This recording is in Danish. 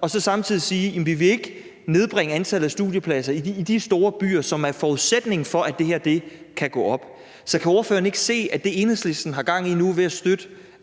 og så samtidig sige, at man ikke vil nedbringe antallet af studiepladser i de store byer, som er forudsætning for, at det her kan gå op. Så kan ordføreren ikke se, at det, Enhedslisten har gang i nu ved at støtte